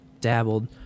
dabbled